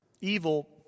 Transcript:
evil